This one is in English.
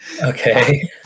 Okay